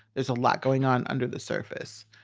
there's a lot going on under the surface.